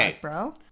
bro